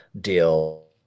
deal